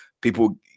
people